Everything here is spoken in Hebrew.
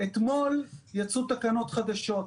אתמול יצאו תקנות חדשות,